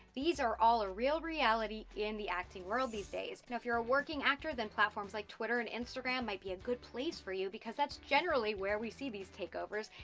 these are all a real reality in the acting world these days. now if you're a working actor, then platforms like twitter and instagram might be a good place for you, because that's generally where we see these takeovers,